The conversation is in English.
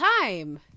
time